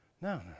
No